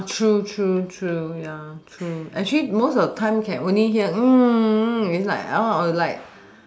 true true true ya true actually most of the time can only hear is like like